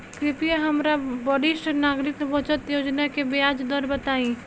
कृपया हमरा वरिष्ठ नागरिक बचत योजना के ब्याज दर बताई